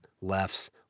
left's